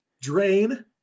Drain